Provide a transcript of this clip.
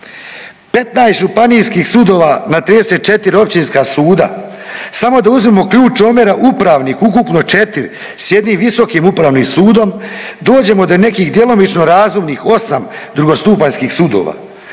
15 županijskih sudova na 34 općinska suda samo da uzmemo ključ omjera upravnih ukupno 4 s jednim visokim upravnim sudom dođemo do nekih djelomično razumnih drugostupanjskih sudova.